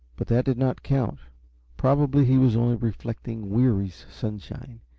but that did not count probably he was only reflecting weary's sunshine,